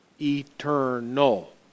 Eternal